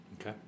Okay